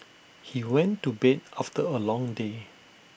he went to bed after A long day